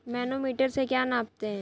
Manometer से क्या नापते हैं?